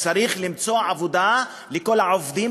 וצריך למצוא עבודה לכל העובדים,